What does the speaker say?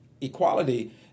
equality